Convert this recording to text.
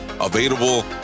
available